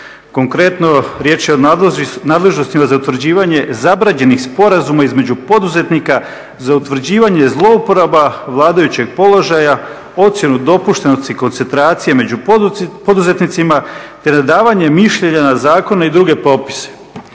konkretno riječ je o nadležnostima za utvrđivanje … sporazuma između poduzetnika za utvrđivanje zlouporaba vladajućeg položaja, … koncentracije među poduzetnicima te … mišljenja na zakone i druge propise.